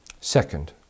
Second